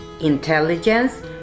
intelligence